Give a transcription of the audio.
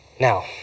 Now